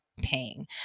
paying